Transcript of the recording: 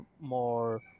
more